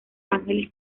ángeles